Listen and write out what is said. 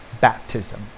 baptism